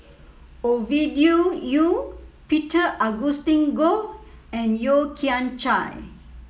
Ovidia Yu Peter Augustine Goh and Yeo Kian Chye